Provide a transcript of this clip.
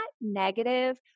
negative